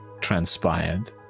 transpired